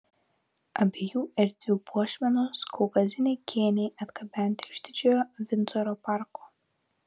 abiejų erdvių puošmenos kaukaziniai kėniai atgabenti iš didžiojo vindzoro parko